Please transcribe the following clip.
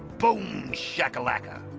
boom! shak-a-lacka!